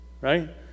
right